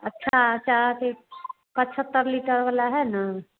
अच्छा से अथि पचहत्तर लिटर वाला है ना